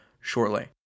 shortly